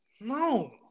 No